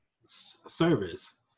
service